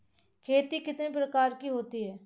खेती कितने प्रकार की होती है?